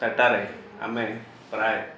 ସେଠାରେ ଆମେ ପ୍ରାଏ